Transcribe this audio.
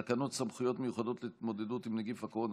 תקנות סמכויות מיוחדות להתמודדות עם נגיף הקורונה